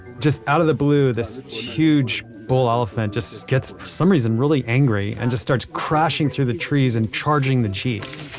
just out of the blue, this huge bull elephant just gets, for some reason, really angry and just starts crashing through the trees and charging the jeeps